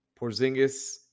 Porzingis